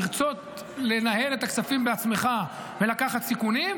לרצות לנהל את הכספים בעצמך ולקחת סיכונים,